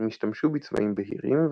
הם השתמשו בצבעים בהירים,